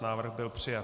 Návrh byl přijat.